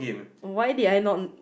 why did I not